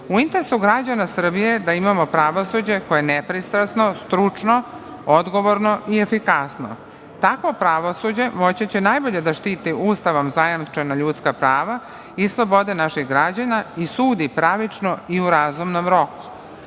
interesu građana Srbije je da imamo pravosuđe koje je nepristrasno, stručno, odgovorno i efikasno. Tako pravosuđe moći će najbolje da štiti ustavom zajamčena ljudska prava i slobode naših građana i sudi pravično i u razumnom roku.